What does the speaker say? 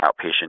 outpatient